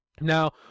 now